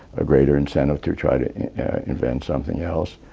a greater incentive to try to invent something else.